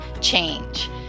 change